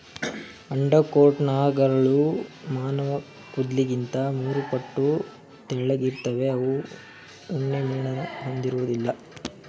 undercoat ನಾರ್ಗಳು ಮಾನವಕೂದ್ಲಿಗಿಂತ ಮೂರುಪಟ್ಟು ತೆಳ್ಳಗಿರ್ತವೆ ಅವು ಉಣ್ಣೆಮೇಣನ ಹೊಂದಿರೋದಿಲ್ಲ